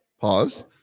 Pause